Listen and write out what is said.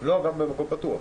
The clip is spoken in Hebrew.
לא, גם במקום פתוח.